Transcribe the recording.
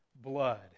blood